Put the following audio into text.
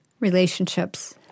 Relationships